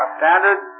standard